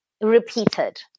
repeated